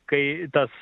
kai tas